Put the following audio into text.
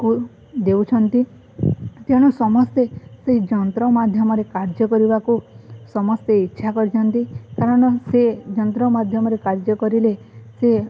କୁ ଦେଉଛନ୍ତି ତେଣୁ ସମସ୍ତେ ସେ ଯନ୍ତ୍ର ମାଧ୍ୟମରେ କାର୍ଯ୍ୟ କରିବାକୁ ସମସ୍ତେ ଇଚ୍ଛା କରୁଛନ୍ତି କାରଣ ସେ ଯନ୍ତ୍ର ମାଧ୍ୟମରେ କାର୍ଯ୍ୟ କରିଲେ ସେ